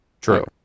True